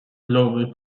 global